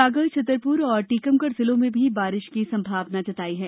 सागर छतरपुर और टीकमगढ़ जिलों में भी बारिश की संभावना जताई है